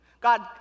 God